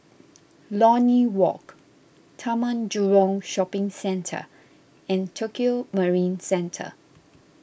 Lornie Walk Taman Jurong Shopping Centre and Tokio Marine Centre